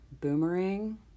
boomerang